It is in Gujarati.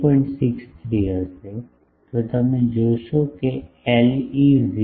63 હશે તો તમે જોશો કે Le 0